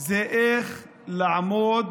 זה איך לעמוד